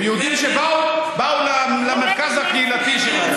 הם יהודים שבאו למרכז הקהילתי שלהם.